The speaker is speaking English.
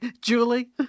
Julie